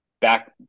back